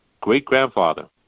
great-grandfather